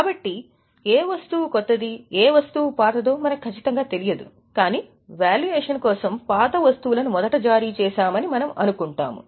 కాబట్టి ఏ వస్తువు క్రొత్తది మరియు ఏ వస్తువు పాతదో మనకు ఖచ్చితంగా తెలియదు కాని వాల్యుయేషన్ కోసం పాత వస్తువులను మొదట జారీ చేశామని మనము అనుకుంటాము